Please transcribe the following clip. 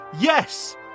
Yes